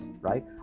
right